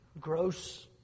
gross